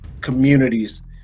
communities